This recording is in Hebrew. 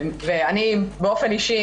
אני באופן אישי,